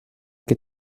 que